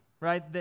right